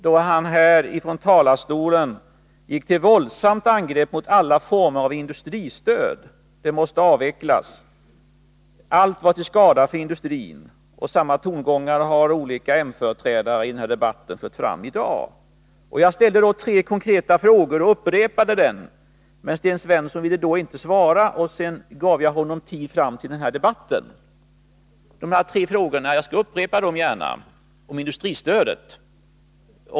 Han gick då här ifrån talarstolen till våldsamt angrepp mot alla former av industristöd: De måste avvecklas; allt var till skada för industrin. Samma tongångar har olika m-företrädare i den här debatten fört fram i dag. Jag ställde tre frågor och upprepade dem. Men Sten Svensson ville då inte svara, och jag gav honom då tid fram till den här debatten. Jag skall gärna upprepa frågorna som gällde industristödet.